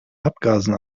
abgasen